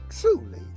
truly